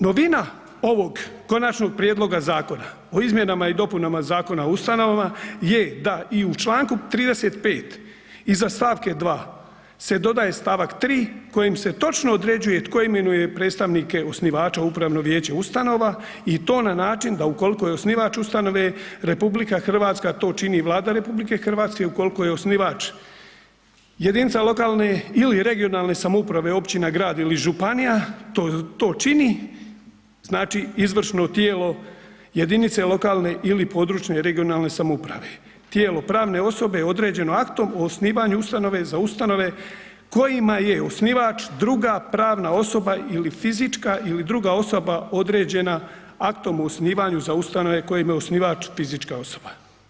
Novina ovog konačnog Prijedloga zakona o izmjenama i dopunama Zakona o ustanovama je da i u članku 35. iza stavke 2. se dodaje stavak 3. kojim se točno određuje tko imenuje predstavnike osnivača upravnog vijeća ustanova i to na način da ukoliko je osnivač ustanove RH to čini Vlada RH, ukoliko je osnivač jedinica lokalne ili regionalne samouprave općina, grad ili županija to čini izvršno tijelo jedinice lokalne i područne (regionalne) samouprave, tijelo pravne osobe je određeno aktom o osnivanju ustanove za ustanove kojima je osnivač druga pravna osoba ili fizička ili druga osoba određena aktom o osnivanju za ustanove kojima je osnivač fizička osoba.